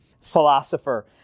philosopher